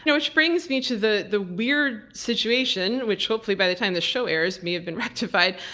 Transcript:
which brings me to the the weird situation, which hopefully by the time the show airs may have been rectified,